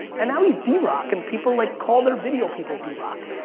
and now, he's d rock and people like call their video people d rock.